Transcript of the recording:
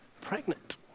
pregnant